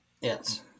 Yes